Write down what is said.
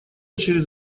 через